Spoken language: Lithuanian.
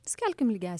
skelbkim lygiąsias